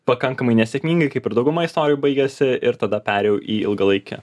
pakankamai nesėkmingai kaip ir dauguma istorijų baigėsi ir tada perėjau į ilgalaikį